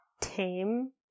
tame